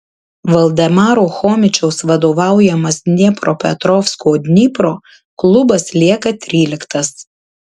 valdemaro chomičiaus vadovaujamas dniepropetrovsko dnipro klubas lieka tryliktas